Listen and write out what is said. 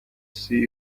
see